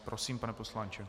Prosím, pane poslanče.